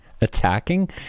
attacking